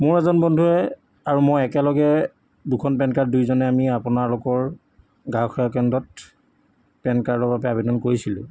মোৰ এজন বন্ধুৱে আৰু মই একেলগে দুখন পেন কাৰ্ড দুয়োজনে আমি আপোনালোকৰ গ্ৰাহক সেৱা কেন্দ্ৰত পেন কাৰ্ডৰ বাবে আৱেদন কৰিছিলোঁ